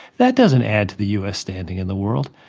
that doesn't add to the u s. standing in the world.